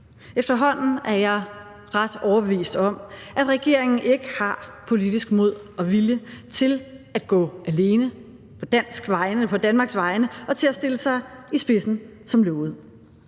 Efterhånden er jeg ret overbevist om, at regeringen ikke har politisk mod og vilje til at gå alene på Danmarks vegne og til at stille sig i spidsen som lovet.